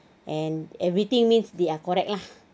and everything means they are correct lah